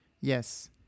Yes